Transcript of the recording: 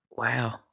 Wow